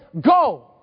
Go